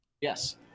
Yes